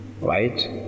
right